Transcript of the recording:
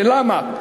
ולמה?